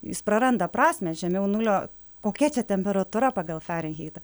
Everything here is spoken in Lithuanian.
jis praranda prasmę žemiau nulio kokia čia temperatūra pagal farenheitą